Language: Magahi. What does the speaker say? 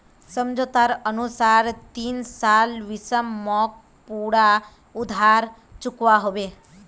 समझोतार अनुसार तीन साल शिवम मोक पूरा उधार चुकवा होबे